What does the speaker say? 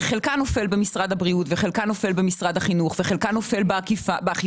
וחלקה נופל במשרד הבריאות וחלקה נופל במשרד החינוך וחלקה נופך באכיפה.